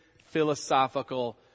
philosophical